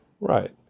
Right